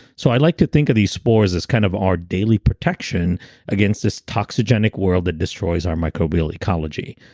so i'd like to think of these spores as kind of our daily protection against this toxigenic world that destroys our microbial ecology.